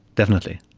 definitely.